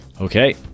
Okay